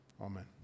Amen